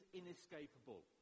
inescapable